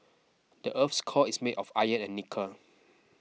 the earth's core is made of iron and nickel